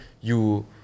you-